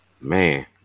Man